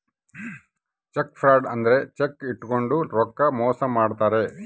check fraud ಅಂದ್ರ cheque ಇಟ್ಕೊಂಡು ರೊಕ್ಕ ಮೋಸ ಮಾಡ್ತಾರ